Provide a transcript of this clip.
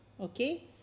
Okay